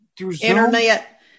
Internet